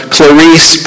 Clarice